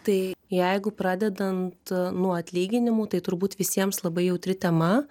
tai jeigu pradedant nuo atlyginimų tai turbūt visiems labai jautri tema